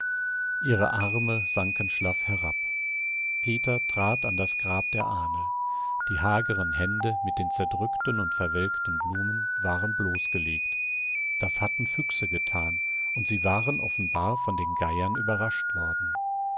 ihre arme sanken schlaff herab peter trat an das grab der ahnl die hageren hände mit den zerdrückten und verwelkten blumen waren bloßgelegt das hatten füchse getan und sie waren offenbar von den geiern überrascht worden